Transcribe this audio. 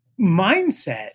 mindset